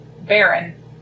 Baron